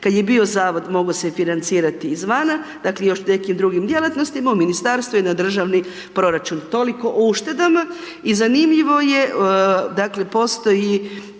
Kada je bio zavod mogao se je financirati izvana, dakle još nekim drugim djelatnostima u ministarstvu je na državni proračun. Toliko o uštedama. I zanimljivo je, dakle postoji